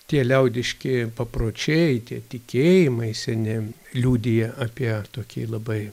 tie liaudiški papročiai tie tikėjimai seni liudija apie tokį labai